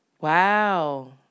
Wow